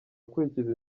akurikira